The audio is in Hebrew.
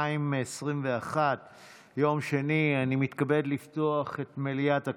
באוגוסט 2021. אני מתכבד לפתוח את מליאת הכנסת.